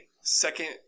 second